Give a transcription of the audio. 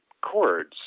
chords